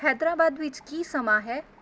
ਹੈਦਰਾਬਾਦ ਵਿੱਚ ਕੀ ਸਮਾਂ ਹੈ